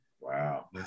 Wow